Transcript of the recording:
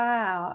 Wow